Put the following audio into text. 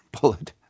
bullet